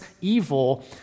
evil